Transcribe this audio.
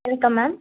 welcome ma'am